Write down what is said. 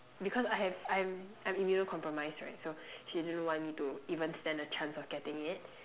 because I have I'm I'm immunocompromised right so she didn't want me to even stand a chance of getting it